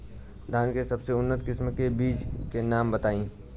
धान के सबसे उन्नत किस्म के बिज के नाम बताई?